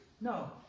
No